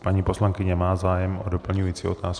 Paní poslankyně má zájem o doplňující otázku?